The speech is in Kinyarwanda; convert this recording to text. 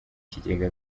kigega